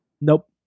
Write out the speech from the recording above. Nope